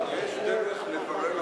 יש דרך לברר החלטה.